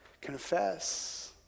confess